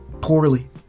poorly